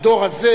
הדור הזה,